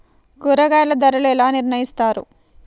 కూరగాయల ధరలు ఎలా నిర్ణయిస్తారు?